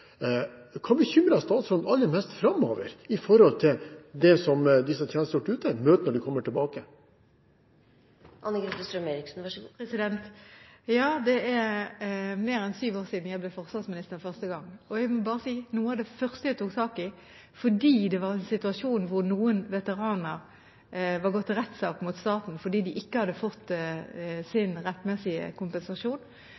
Hva bekymrer statsråden aller mest framover når det gjelder hva de som har tjenestegjort ute, møter når de kommer tilbake? Ja, det er mer enn syv år siden jeg ble forsvarsminister første gang, og jeg må bare si at noe av det første jeg tok tak i – fordi det var en situasjon hvor noen veteraner hadde gått til rettssak mot staten fordi de ikke hadde fått